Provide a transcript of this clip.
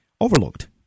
overlooked